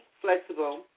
flexible